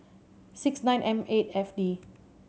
six nine M eight F D